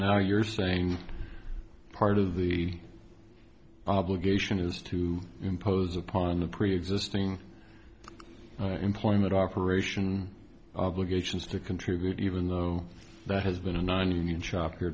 now you're saying part of the obligation is to impose upon the preexisting employment operation of the gauges to contribute even though there has been a nonunion shop here